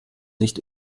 nicht